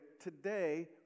today